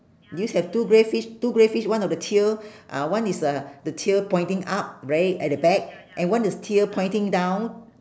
do you have two grey fish two grey fish one of the tail uh one is uh the tail pointing up right at the back and one is tail pointing down